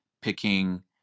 picking